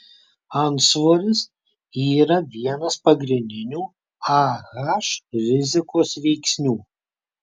antsvoris yra vienas pagrindinių ah rizikos veiksnių